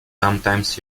sometimes